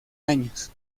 años